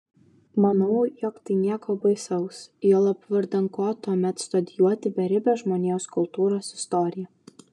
manau jog tai nieko baisaus juolab vardan ko tuomet studijuoti beribę žmonijos kultūros istoriją